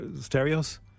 stereos